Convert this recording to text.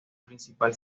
principal